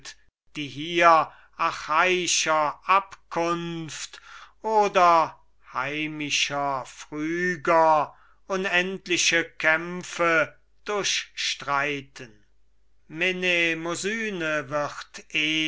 die hier achaiischer abkunft oder heimische phrygen unendliche kämpfe durchstreiten mnemosyne wird